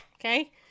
Okay